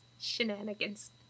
shenanigans